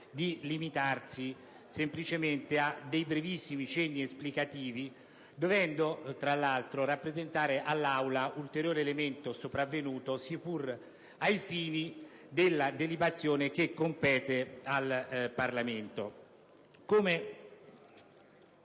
limitare semplicemente a dei brevissimi cenni esplicativi dovendo, tra l'altro, rappresentare all'Aula un ulteriore elemento sopravvenuto, sia pure irrilevante ai fini della deliberazione che compete al Parlamento.